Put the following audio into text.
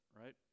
right